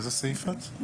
באיזה סעיף את?